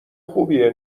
خوبیه